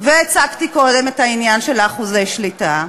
והצגתי קודם את העניין של אחוזי השליטה,